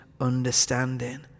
understanding